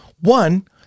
One